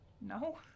no